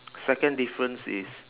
second difference is